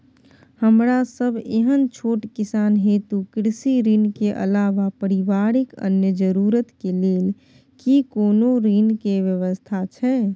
हमरा सब एहन छोट किसान हेतु कृषि ऋण के अलावा पारिवारिक अन्य जरूरत के लेल की कोनो ऋण के व्यवस्था छै?